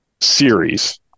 series